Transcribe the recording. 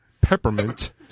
Peppermint